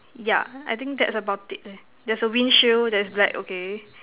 ya I think that's about it leh there's a windshield that's black okay